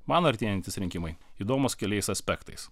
man artėjantys rinkimai įdomūs keliais aspektais